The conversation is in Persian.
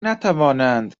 نتوانند